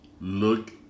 look